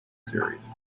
series